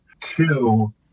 Two